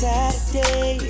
Saturday